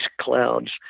clouds